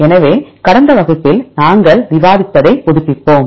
எனவே கடந்த வகுப்பில் நாங்கள் விவாதித்ததைப் புதுப்பிப்போம்